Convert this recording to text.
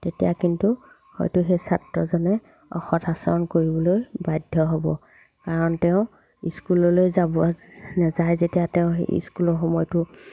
তেতিয়া কিন্তু হয়তো সেই ছাত্ৰজনে অসৎ আচৰণ কৰিবলৈ বাধ্য হ'ব কাৰণ তেওঁ স্কুললৈ যাব নাযায় যেতিয়া তেওঁ স্কুলৰ সময়টো